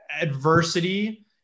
adversity